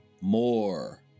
More